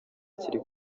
kiri